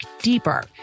deeper